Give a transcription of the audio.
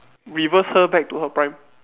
reverse her back to her prime